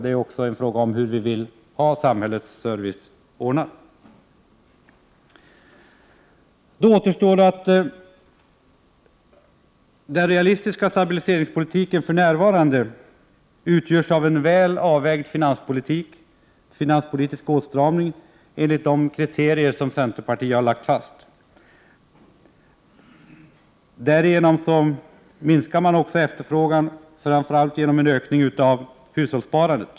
Det är också fråga om hur vi vill ha samhällets service ordnad. Den realistiska stabiliseringspolitiken för närvarande utgörs av en väl avvägd finanspolitisk åtstramning enligt de kriterier som centerpartiet har lagt fast. Därigenom minskar man också efterfrågan, framför allt genom en ökning av hushållssparandet.